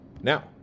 now